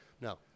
No